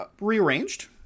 rearranged